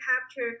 capture